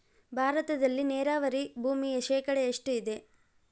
ಭಾರತದಲ್ಲಿ ನೇರಾವರಿ ಭೂಮಿ ಶೇಕಡ ಎಷ್ಟು ಇದೆ?